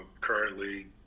currently